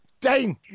Dane